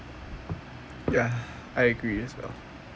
ya I agree as well